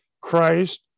Christ